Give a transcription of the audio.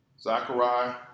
Zachariah